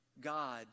God